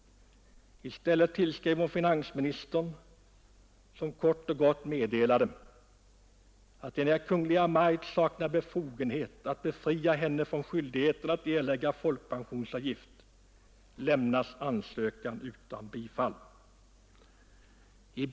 I stället tillskrev hon finansministern, som kort och gott meddelade, att enär Kungl. Maj:t saknar befogenhet att befria från skyldigheten att erlägga folkpensionsavgift, lämnades ansökan utan bifall.